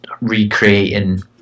recreating